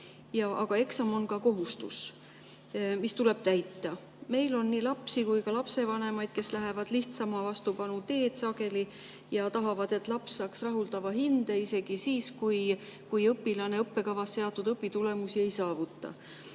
aga eksam on ka kohustus, mis tuleb täita. Meil on nii lapsi kui ka lapsevanemaid, kes lähevad sageli lihtsama vastupanu teed ja tahavad, et laps saaks rahuldava hinde isegi siis, kui ta õppekavas seatud õpitulemusi ei saavuta.